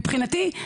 מבחינתי,